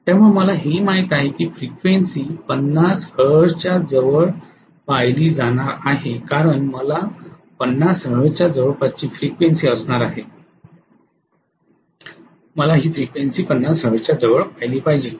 त्यामुळे मला हेही माहीत आहे की फ्रिक्वेन्सी ५० हर्ट्झच्या जवळ पाहीली जाणार आहे कारण मला ५० हर्ट्झच्या जवळपासची फ्रिक्वेन्सी असणार आहे मला ही फ्रिक्वेन्सी ५० हर्ट्झच्या जवळ पाहीली पाहिजे